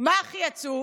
מה הכי עצוב?